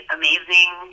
amazing